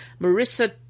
Marissa